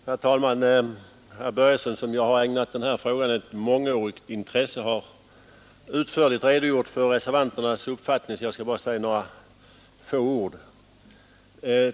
Herr talman! Herr Börjesson i Falköping, som ju har ägnat denna fråga ett mångårigt intresse, har utförligt redogjort för reservanternas uppfattning, och jag skall därför bara anföra några få ord.